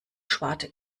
schwarte